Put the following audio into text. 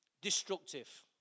destructive